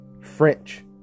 French